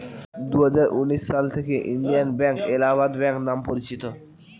দুহাজার উনিশ সাল থেকে ইন্ডিয়ান ব্যাঙ্ক এলাহাবাদ ব্যাঙ্ক নাম পরিচিত